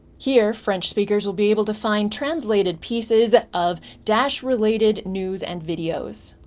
here french speakers will be able to find translated pieces of dash related news and videos.